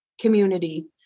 community